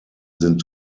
sind